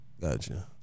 Gotcha